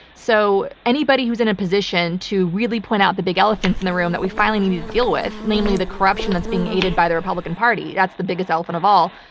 so anybody who's in a position to really point out the big elephant in the room that we finally need to deal with, namely the corruption that's being aided by the republican party, that's the biggest elephant of all.